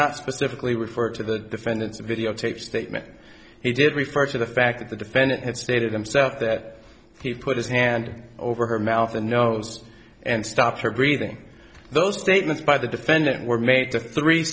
not specifically refer to the defendant's videotaped statement he did refer to the fact that the defendant had stated himself that he put his hand over her mouth and nose and stopped her breathing those statements by the defendant were made to three